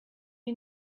you